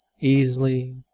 easily